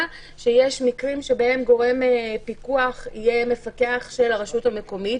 שיש מקרים שבהם גורם פיקוח יהיה מפקח של הרשות המקומית,